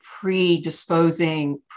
predisposing